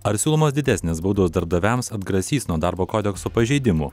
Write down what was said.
ar siūlomos didesnės baudos darbdaviams atgrasys nuo darbo kodekso pažeidimų